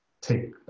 take